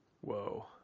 Whoa